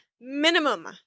minimum